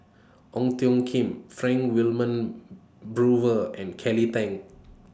Ong Tjoe Kim Frank Wilmin Brewer and Kelly Tang